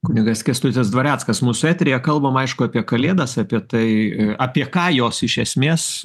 kunigas kęstutis dvareckas mūsų eteryje kalbam aišku apie kalėdas apie tai apie ką jos iš esmės